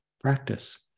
practice